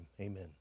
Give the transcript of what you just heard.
amen